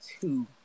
two